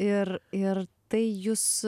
ir ir tai jus